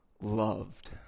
loved